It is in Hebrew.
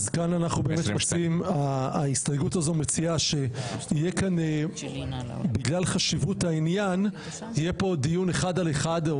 כאן ההסתייגות הזו מציעה שבגלל חשיבות העניין יהיה פה דיון אחד על אחד,